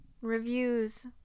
reviews